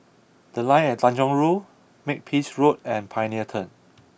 the Line at Tanjong Rhu Makepeace Road and Pioneer Turn